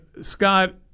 Scott